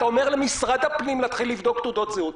אתה אומר למשרד הפנים להתחיל לבדוק תעודות זהות.